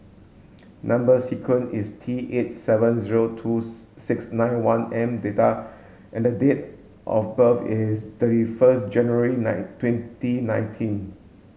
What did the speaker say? number sequence is T eight seven zero twos six nine one M data and date of birth is thirty first January nine twenty nineteen